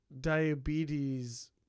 diabetes